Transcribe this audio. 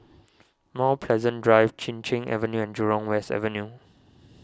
Mount Pleasant Drive Chin Cheng Avenue and Jurong West Avenue